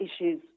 issues